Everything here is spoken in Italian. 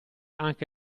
anche